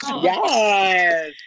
Yes